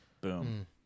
Boom